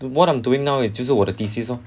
the one I'm doing now 也就是我的 thesis lor